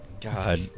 God